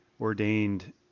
ordained